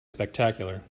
spectacular